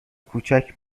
کوچک